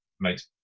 makes